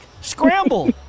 scramble